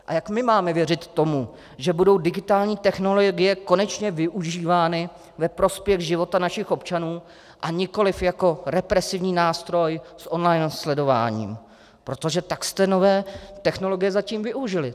A jak my máme věřit tomu, že budou digitální technologie konečně využívány ve prospěch života našich občanů a nikoliv jako represivní nástroj s online sledováním, protože tak jste nové technologie zatím využili?